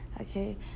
okay